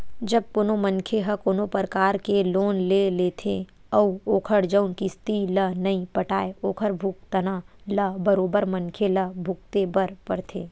जब कोनो मनखे ह कोनो परकार के लोन ले लेथे अउ ओखर जउन किस्ती ल नइ पटाय ओखर भुगतना ल बरोबर मनखे ल भुगते बर परथे